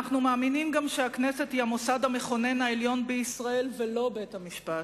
אנחנו מאמינים גם שהכנסת היא המוסד המכונן העליון בישראל ולא בית-המשפט.